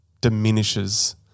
diminishes